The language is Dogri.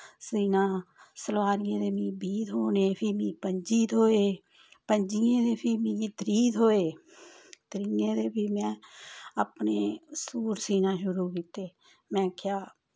सीह्ना सलवारियें दे मिगी बीह् थ्होने फ्ही मिगी पंज्जी थ्होए पंज्जियें दे फ्ही मिगी त्रीह् थ्होए त्रियें दे फ्ही में अपने सूट सीह्ना शुरू कीते में आखेआ